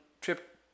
trip